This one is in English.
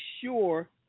sure